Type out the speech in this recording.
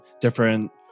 different